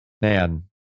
man